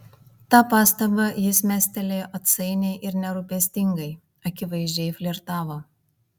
tą pastabą jis mestelėjo atsainiai ir nerūpestingai akivaizdžiai flirtavo